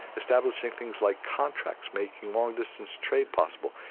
establishing things like contracts, making long-distance trade possible,